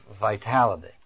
vitality